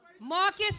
Marcus